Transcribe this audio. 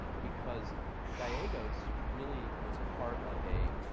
because gallegos really was part of a